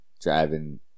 driving